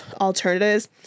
alternatives